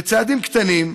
בצעדים קטנים,